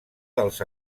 dels